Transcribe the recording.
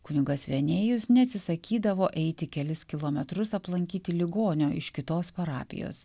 kunigas venėjus neatsisakydavo eiti kelis kilometrus aplankyti ligonio iš kitos parapijos